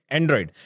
Android